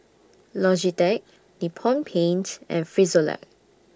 Logitech Nippon Paint and Frisolac